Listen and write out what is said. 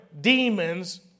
demons